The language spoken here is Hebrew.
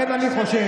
לכן אני חושב,